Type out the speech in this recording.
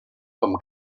com